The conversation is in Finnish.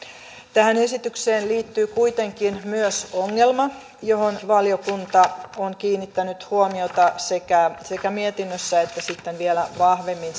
tähän esitykseen liittyy kuitenkin myös ongelma johon valiokunta on kiinnittänyt huomiota sekä sekä mietinnössä että sitten vielä vahvemmin